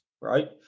right